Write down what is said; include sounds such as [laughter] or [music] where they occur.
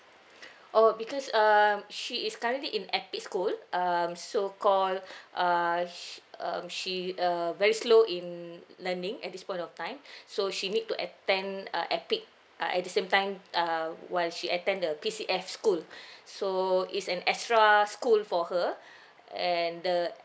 [breath] oh because um she is currently in eipic school um so call [breath] err sh~ um she err very slow in learning at this point of time [breath] so she need to attend uh eipic uh at the same time uh while she attend the P_C_F school [breath] so it's an extra school for her [breath] and the